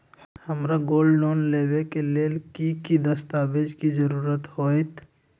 हमरा gold loan लेबे के लेल कि कि दस्ताबेज के जरूरत होयेत?